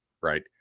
right